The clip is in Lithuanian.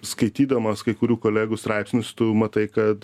skaitydamas kai kurių kolegų straipsnius tu matai kad